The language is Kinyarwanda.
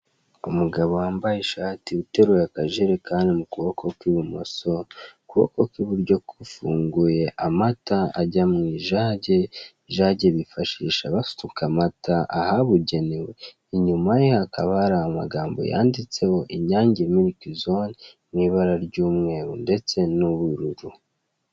Umugabo wambaye ishati, uteruye akajerekani mu kuboko kw'ibumoso, ukuboko kw'iburyo kufunguye amata ajya mu ijage, ijage bifashisha basukaamata ahabugenewe. Inyuma ye hakaba hari amagambo yanditseho "inyange milkzone", mu ibara ry'umweru ndetse n'ubururu.